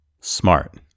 smart